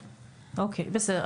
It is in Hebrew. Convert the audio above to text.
אני --- אוקיי, בסדר.